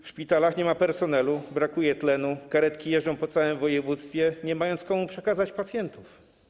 W szpitalach nie ma personelu, brakuje tlenu, karetki jeżdżą po całym województwie, nie mając komu przekazać pacjentów.